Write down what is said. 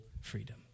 freedom